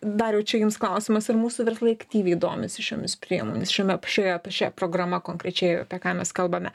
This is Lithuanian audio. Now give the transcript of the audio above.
dariau čia jums klausimas ar mūsų verslai aktyviai domisi šiomis priemonė šiame šioje šia programa konkrečiai apie ką mes kalbame